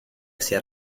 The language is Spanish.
hacia